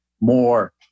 more